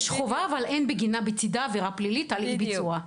יש חובה אבל אין בצידה עבירה פלילית על אי ביצוע.